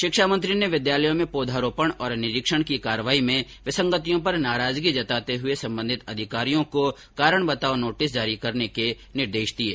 शिक्षा मंत्री ने विद्यालयों में पौधारोपण और निरीक्षण की कार्यवाही में विसंगतियों पर नाराजगी जताते हुए संबंधित अधिकारियों को कारण बताओ नोटिस जारी करने के निर्देश दिये